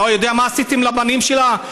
אתה יודע מה עשיתם לבנים שלה?